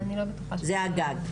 זה הגג,